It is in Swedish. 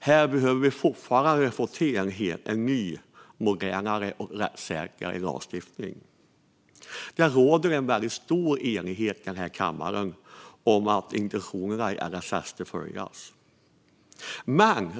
Här behöver vi fortfarande få till en ny, modernare och rättssäkrare lagstiftning. Det råder stor enighet här i kammaren om att intentionerna i LSS ska följas.